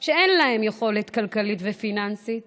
שאין להם יכולת כלכלית ופיננסית